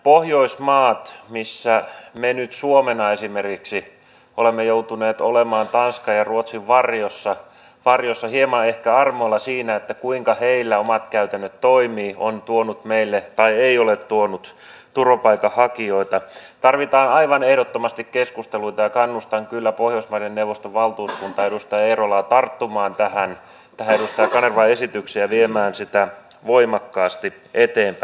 pohjoismaissa missä me nyt suomena esimerkiksi olemme joutuneet olemaan tanskan ja ruotsin varjossa hieman ehkä armoilla siinä kuinka heillä omat käytännöt toimivat se on tuonut meille tai ei ole tuonut turvapaikanhakijoita tarvitaan aivan ehdottomasti keskusteluita ja kannustan kyllä pohjoismaiden neuvoston valtuuskuntaa ja edustaja eerolaa tarttumaan tähän edustaja kanervan esitykseen ja viemään sitä voimakkaasti eteenpäin